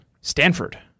Stanford